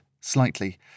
slightly